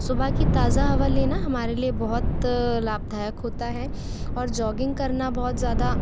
सुबह की ताज़ा हवा लेना हमारे लिए बहुत लाभदायक होता है और जॉगिंग करना बहुत ज़्यादा